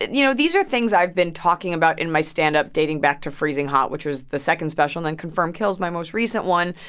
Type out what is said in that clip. you know, these are things i've been talking about in my standup dating back to freezing hot, which was the second special, and the confirmed kills, my most recent one,